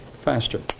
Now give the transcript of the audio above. faster